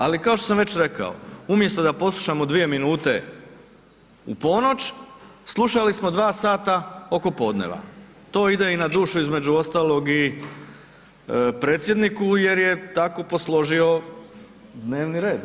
Ali kao što sam već rekao umjesto da poslušamo 2 minute u ponoć, slušali smo 2 sata oko podneva, to ide i na duši između ostalog i predsjedniku jer je tako posložio dnevni red.